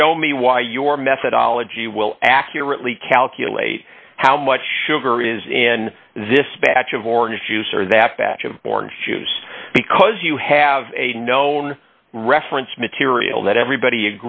show me why your methodology will accurately calculate how much sugar is in this batch of orange juice or that batch of born shoes because you have a known reference material that everybody